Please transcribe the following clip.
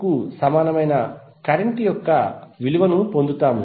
కు సమానమైన కరెంట్ యొక్క rms విలువను పొందుతాము